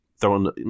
throwing